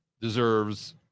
deserves